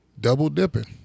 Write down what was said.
double-dipping